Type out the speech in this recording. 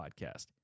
podcast